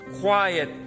quiet